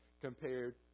compared